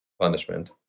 punishment